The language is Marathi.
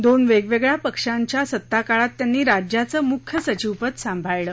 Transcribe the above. दोन वेगवेगळ्या पक्षांच्या सत्ताकाळात त्यांनी राज्याचं मुख्य सचीवपद सांभाळलं